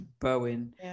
Bowen